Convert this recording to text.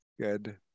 Good